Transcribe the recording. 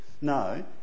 No